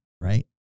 right